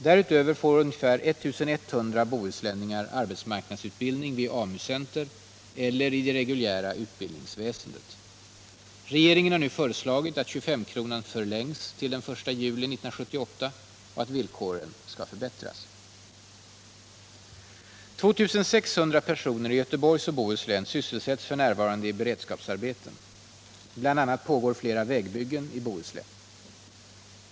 Därutöver får ca 1000 bohuslänningar arbetsmarknadsutbildning vid AMU-center eller i det reguljära utbildningsväsendet. Regeringen har nu föreslagit att 25-kronan förlängs till den 1 juli 1978 och att villkoren samtidigt skall förbättras. 2 600 personer i Göteborgs och Bohus län sysselsätts f. n. i beredskapsarbeten. BI. a. pågår flera vägbyggen i Bohuslän.